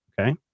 Okay